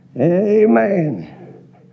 Amen